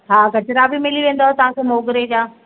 हा गजरा बि मिली वेंदव तव्हांखे मोगरे जा